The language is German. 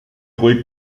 ruhig